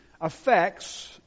affects